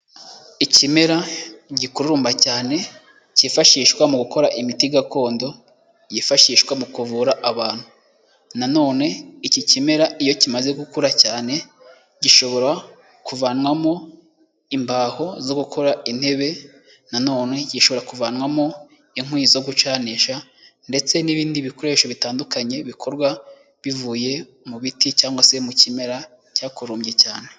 Ikimera gikururumba cyane cyifashishwa mu gukora imiti gakondo yifashishwa mu kuvura abantu. Na none iki kimera iyo kimaze gukura cyane gishobora kuvanwamo imbaho zo gukora intebe, na none gishobora kuvanwamo inkwi zo gucanisha ndetse n'ibindi bikoresho bitandukanye bikorwa bivuye mu biti cyangwa se mu kimera cyakurumbye cyane.